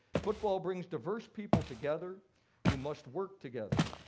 football brings diverse people together who must work together.